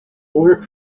work